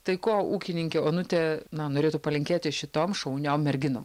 tai ko ūkininkė onutė na norėtų palinkėti šitom šauniom merginom